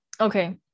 Okay